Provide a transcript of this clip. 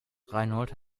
reinhold